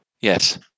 Yes